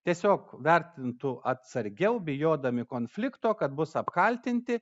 tiesiog vertintų atsargiau bijodami konflikto kad bus apkaltinti